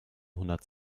hundert